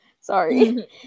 Sorry